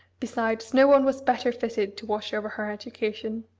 besides, no one was better fitted to watch over her education.